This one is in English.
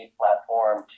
platform